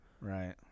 Right